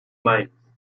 mines